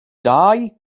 dau